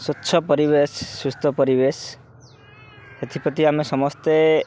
ସ୍ୱଚ୍ଛ ପରିବେଶ ସୁସ୍ଥ ପରିବେଶ ଏଥିପ୍ରତି ଆମେ ସମସ୍ତେ